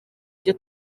ibyo